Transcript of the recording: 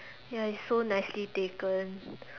ya it's so nicely taken